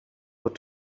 what